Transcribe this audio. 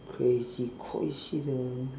crazy coincidence